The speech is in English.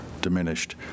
diminished